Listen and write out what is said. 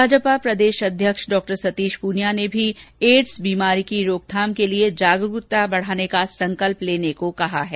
भाजपा प्रदेश अध्यक्ष डॉ सतीश पूनिया ने भी एड्स बीमारी की रोकथाम के लिए जागरूकता बढ़ाने का संकल्प लेने को कहा है